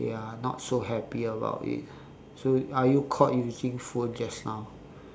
they are not so happy about it so are you caught using phone just now